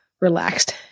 relaxed